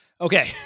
Okay